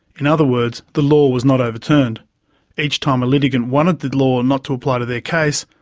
in other words, the law was not overturned each time a litigant wanted the law not to apply to their case,